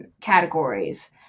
categories